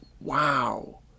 wow